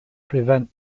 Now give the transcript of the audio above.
prevent